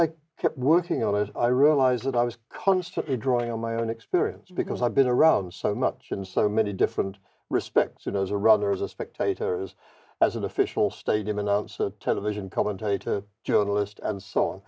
i kept working on it i realized that i was constantly drawing on my own experience because i've been around so much in so many different respects and as a rather as a spectator's as an official stadium announce a television commentator journalist and so on